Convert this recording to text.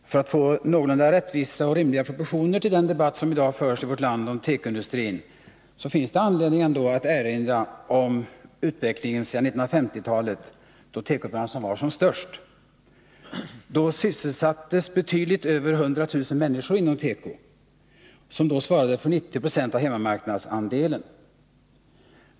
Herr talman! För att få någorlunda rättvisa och rimliga proportioner på den debatt som i dag förs om tekoindustrin i vårt land finns det anledning att erinra om utvecklingen sedan 1950-talet, då tekobranschen var som störst. Då sysselsattes betydligt över 100 000 människor inom teko, som då svarade för 90 26 av hemmamarknadsandelen.